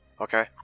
Okay